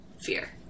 fear